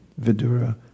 Vidura